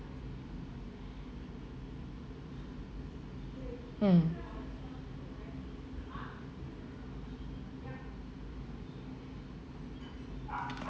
hmm